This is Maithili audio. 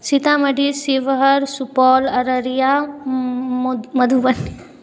सीतामढ़ी शिवहर सुपौल अररिया मोध मधुबनी